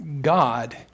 God